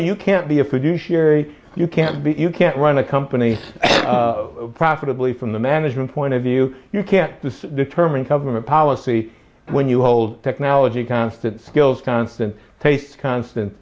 you can't be a fiduciary you can't be you can't run a company profitably from the management point of view you can't determine government policy when you hold technology constant skills constant face constant